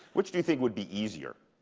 which do you think would be easier,